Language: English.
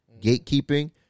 gatekeeping